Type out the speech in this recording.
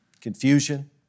Confusion